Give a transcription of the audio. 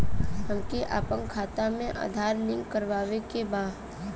हमके अपना खाता में आधार लिंक करावे के बा?